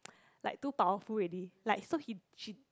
like two powerful already like so he she